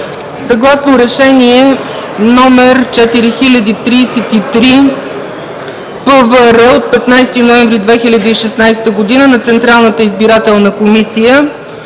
Съгласно „РЕШЕНИЕ № 4033-ПВР от 15 ноември 2016 г. на Централната избирателна комисия